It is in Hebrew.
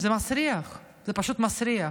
זה מסריח, זה פשוט מסריח.